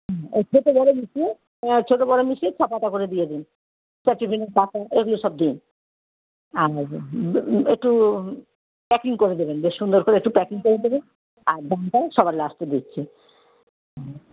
হুম ওই ছোট বড় মিশিয়ে ছোট বড় মিশিয়ে ছটা ছটা করে দিয়ে দিন সেফটিপিনের পাতা এগুলো সব দিন হ্যাঁ হ্যাঁ হ্যাঁ হ্যাঁ একটু প্যাকিং করে দেবেন বেশ সুন্দর করে একটু প্যাকিং করে দেবেন আর দামটা সবার লাস্টে দিচ্ছি